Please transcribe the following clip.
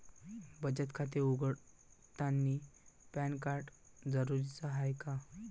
बचत खाते उघडतानी पॅन कार्ड जरुरीच हाय का?